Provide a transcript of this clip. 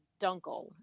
Dunkel